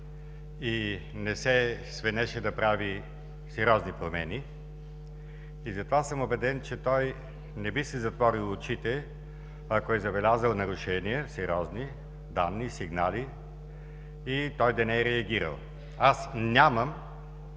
и не се свенеше да прави сериозни промени. Затова съм убеден, че той не би си затворил очите, ако е забелязал сериозни нарушения с данни и сигнали и да не е реагирал. Нямам